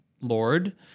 Lord